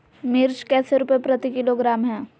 मिर्च कैसे रुपए प्रति किलोग्राम है?